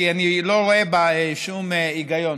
כי אני לא רואה בה שום היגיון.